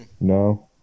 No